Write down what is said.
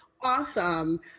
Awesome